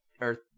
Earth